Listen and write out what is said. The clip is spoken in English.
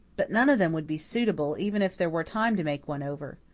but none of them would be suitable, even if there were time to make one over.